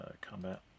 Combat